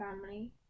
family